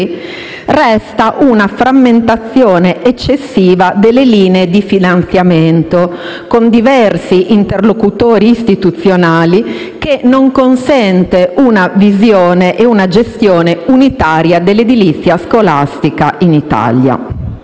resta una frammentazione eccessiva delle linee di finanziamento, con diversi interlocutori istituzionali, che non consente una visione e una gestione unitarie dell'edilizia scolastica in Italia.